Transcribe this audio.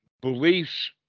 beliefs